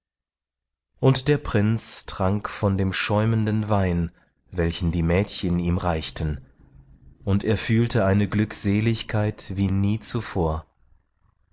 und der prinz trank von dem schäumenden wein welchen die mädchen ihm reichten und er fühlte eine glückseligkeit wie nie zuvor